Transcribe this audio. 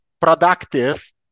productive